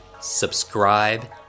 subscribe